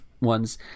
ones